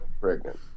Pregnant